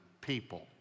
people